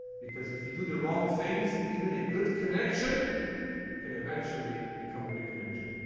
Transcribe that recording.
because if you do the wrong things, even a good connection can eventually become a weak connection.